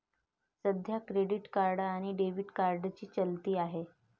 सध्या credit card आणि debit कार्डची चलती आहे